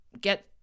get